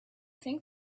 think